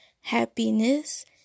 Happiness